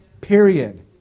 period